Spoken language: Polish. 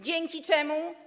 Dzięki czemu?